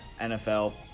NFL